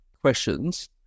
questions